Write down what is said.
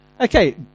Okay